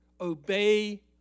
Obey